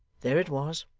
there it was,